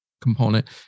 component